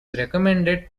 recommended